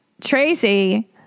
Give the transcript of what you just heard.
Tracy